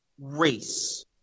race